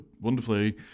wonderfully